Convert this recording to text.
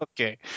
Okay